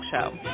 Show